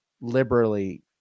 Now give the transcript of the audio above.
liberally